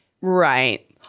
right